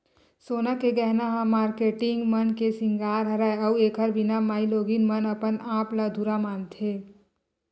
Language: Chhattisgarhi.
सोना के गहना ह मारकेटिंग मन के सिंगार हरय अउ एखर बिना माइलोगिन मन अपन आप ल अधुरा मानथे